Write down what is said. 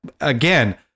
again